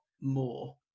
more